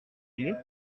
you